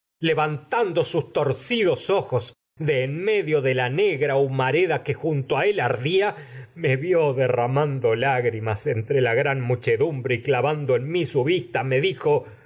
levantando sus torcidos en medio de la negra humareda que junto gran a él ardía me vió derramando y lágrimas entre la muchedumbre clavando me en mi su vista me dijo